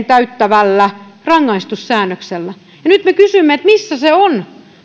täyttävällä rangaistussäännöksellä nyt me kysymme missä on